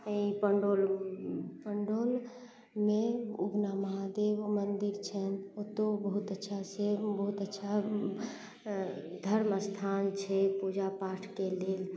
पण्डौल पण्डौलमे उगना महादेव मन्दिर छै ओतौ बहुत अच्छा से बहुत अच्छा धर्म स्थान छै पूजा पाठके लेल